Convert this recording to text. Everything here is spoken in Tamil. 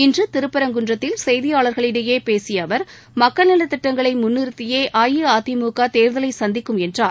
இன்றதிருப்பரங்குன்றத்தில் செய்தியாள்ளிடையேபேசியஅவர் மக்கள் நலத்திட்டங்களைமுன்னிறுத்தியேஅஇஅதிமுகதேர்தலைசந்திக்கும் என்றார்